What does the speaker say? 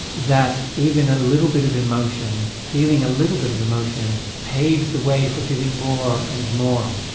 that even a little bit of emotion, feeling a little bit of emotion, paves the way for feeling more and more.